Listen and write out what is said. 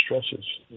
stresses